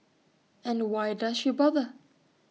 and why does she bother